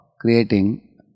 creating